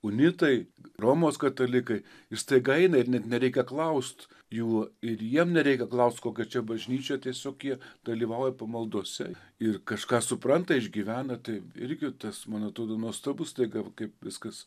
unitai romos katalikai ir staiga eina ir net nereikia klaust jų ir jiem nereikia klaust kokia čia bažnyčia tiesiog jie dalyvauja pamaldose ir kažką supranta išgyvena tai irgi tas man atrodo nuostabus staiga kaip viskas